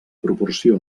proporció